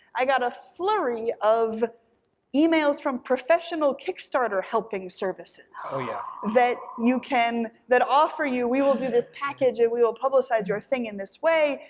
i got a flurry of emails from professional kickstarter helping services so yeah that you can, that offer you, we will do this package, and we will publicize your thing in this way,